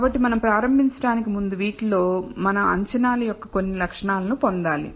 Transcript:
కాబట్టి మనం ప్రారంభించడానికి ముందు వీటిలో మనం అంచనాలు యొక్క కొన్ని లక్షణాలను పొందాలి